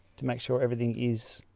to make sure everything is